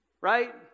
Right